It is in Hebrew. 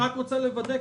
אני רק רוצה לוודא,